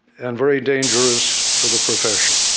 and very dangerous for the profession.